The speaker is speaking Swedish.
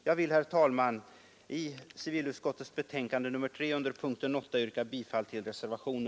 Jag vill, herr talman, yrka bifall till denna reservation.